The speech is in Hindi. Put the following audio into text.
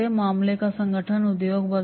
मामले का संगठन है उद्योगबाजार